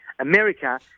America